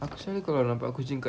aku selalu kalau nampak kucing dekat